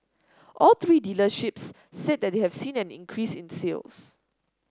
all three dealerships said that they have seen an increase in sales